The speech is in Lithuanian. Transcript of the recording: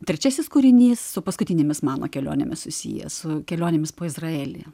trečiasis kūrinys su paskutinėmis mano kelionėmis susijęs su kelionėmis po izraelį